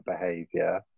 behavior